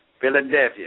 Philadelphia